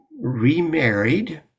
remarried